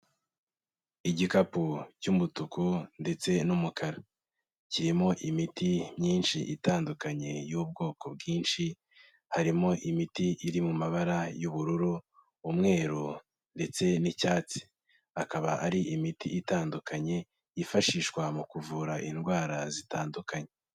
Igikapu cy'umutuku ndetse n'umukara, kirimo imiti myinshi itandukanye y'ubwoko bwinshi, harimo imiti iri mu mabara y'ubururu, umweru ndetse n'icyatsi, akaba ari imiti itandukanye yifashishwa mu kuvura indwara zitandukanye.